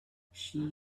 she